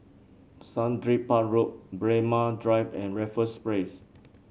Sundridge Park Road Braemar Drive and Raffles Place